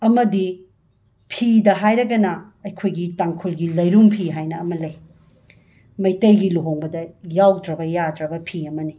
ꯑꯃꯗꯤ ꯐꯤꯗ ꯍꯥꯏꯔꯒꯅ ꯑꯩꯈꯣꯏꯒꯤ ꯇꯥꯡꯈꯨꯜꯒꯤ ꯂꯩꯔꯨꯝ ꯐꯤ ꯍꯥꯏꯅ ꯑꯃ ꯂꯩ ꯃꯩꯇꯩꯒꯤ ꯂꯨꯍꯣꯡꯕꯗ ꯌꯥꯎꯗ꯭ꯔꯕ ꯌꯥꯗ꯭ꯔꯕ ꯐꯤ ꯑꯃꯅꯤ